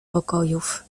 pokojów